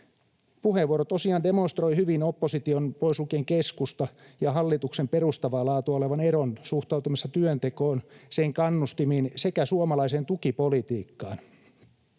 Puheenvuoro tosiaan demonstroi hyvin opposition — pois lukien keskusta — ja hallituksen perustavaa laatua olevan eron suhtautumisessa työntekoon, sen kannustimiin sekä suomalaiseen tukipolitiikkaan.